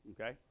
Okay